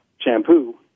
shampoo